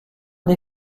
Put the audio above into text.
des